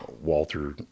Walter